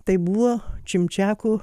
tai buvo čimčiakų